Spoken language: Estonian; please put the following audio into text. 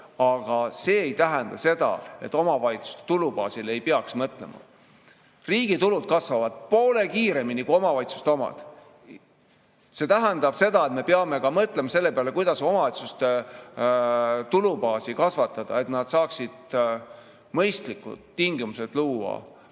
Aga see ei tähenda seda, et omavalitsuste tulubaasile ei peaks mõtlema. Riigi tulud kasvavad poole kiiremini kui omavalitsuste omad. See tähendab seda, et me peame mõtlema ka selle peale, kuidas omavalitsuste tulubaasi kasvatada, et nad saaksid luua mõistlikud tingimused oma